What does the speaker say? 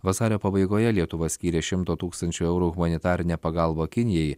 vasario pabaigoje lietuva skyrė šimto tūkstančių eurų humanitarinę pagalbą kinijai